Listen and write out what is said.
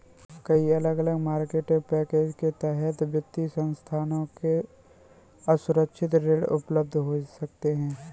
कई अलग अलग मार्केटिंग पैकेज के तहत वित्तीय संस्थानों से असुरक्षित ऋण उपलब्ध हो सकते हैं